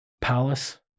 palace